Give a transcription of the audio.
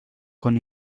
con